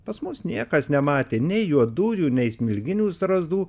pas mus niekas nematė nei juodųjų nei smilginių strazdų